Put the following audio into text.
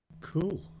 Cool